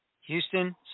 Houston